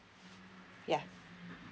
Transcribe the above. yeah